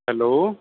hello